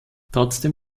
trotzdem